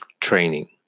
training